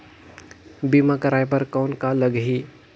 बीमा कराय बर कौन का लगही?